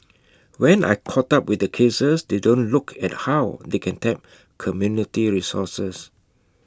when I caught up with their cases they don't look at how they can tap community resources